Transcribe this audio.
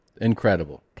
incredible